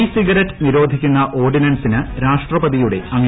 E cigarette നിരോധിക്കുന്ന ഓർഡിനൻസിന് രാഷ്ട്രപതിയുടെ അംഗീകാരം